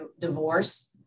divorce